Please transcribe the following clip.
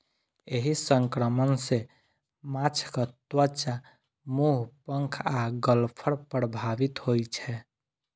एहि संक्रमण सं माछक त्वचा, मुंह, पंख आ गलफड़ प्रभावित होइ छै